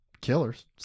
killers